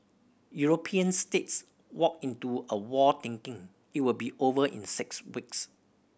European states walked into a war thinking it will be over in six weeks